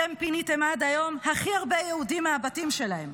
אתם פיניתם עד היום הכי הרבה יהודים מהבתים שלהם.